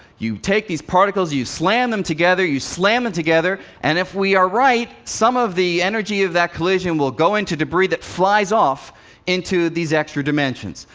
you take these particles. you slam them together. you slam them and together, and if we are right, some of the energy of that collision will go into debris that flies off into these extra dimensions.